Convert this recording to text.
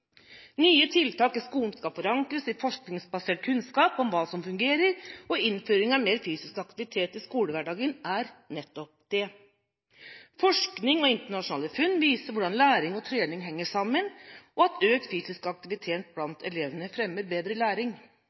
nye tiltak i skolen skal forankres i forskningsbasert kunnskap om hva som fungerer, og innføring av mer fysisk aktivitet i skolehverdagen er nettopp det.» Det ble videre sagt at forskning og internasjonale funn viser hvordan læring og trening henger sammen, og at økt fysisk aktivitet blant elevene fremmer bedre læring.